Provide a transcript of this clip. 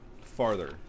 farther